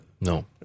No